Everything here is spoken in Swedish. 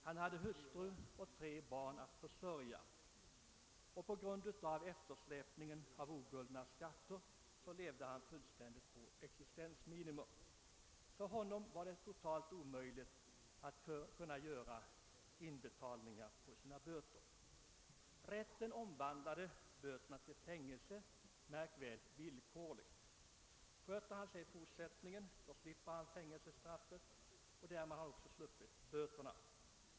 Han hade hustru och tre barn att försörja, och de eftersläpande skatterna gjorde att han levde på existensminimum. Det var totalt omöjligt för honom att kunna göra inbetalningar för sina böter. Rätten omvandlade bötesstraffet till villkorligt fängelsestraff, och om vederbörande sköter sig i fortsättningen slipper han alltså fängelsestraff och har därmed också sluppit bötesstraffet.